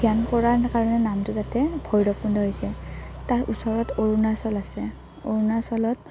ধ্যান কৰাৰ কাৰণে নামটো তাতে ভৈৰৱকুণ্ড হৈছে তাৰ ওচৰত অৰুণাচল আছে অৰুণাচলত